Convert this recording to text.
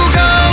go